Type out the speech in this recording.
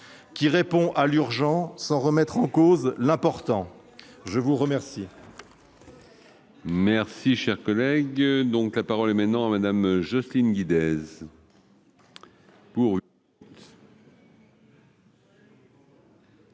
qui répond à l'urgence sans remettre en cause l'important. Et qui guérit